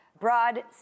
Broad